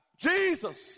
Jesus